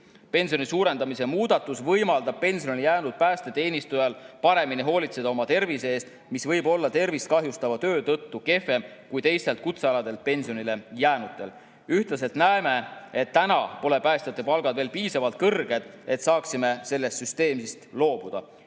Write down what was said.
Pensioni suurendamise muudatus võimaldab pensionile jäänud päästeteenistujal paremini hoolitseda oma tervise eest, mis võib olla tervist kahjustava töö tõttu kehvem kui teistelt kutsealadelt pensionile jäänutel. Ühtlasi näeme, et päästjate palgad pole veel piisavalt kõrged, et saaksime sellest süsteemist loobuda.